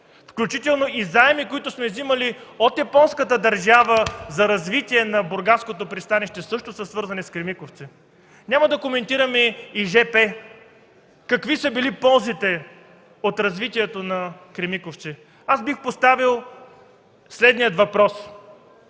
включително и заеми, които сме взимали от японската държава за развитието на бургаското пристанище, също са свързани с „Кремиковци”. Няма да коментираме и жп-то, какви са били ползите от развитието на „Кремиковци”. Бих поставил следния въпрос: